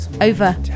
over